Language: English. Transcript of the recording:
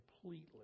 completely